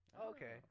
Okay